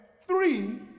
three